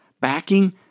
backing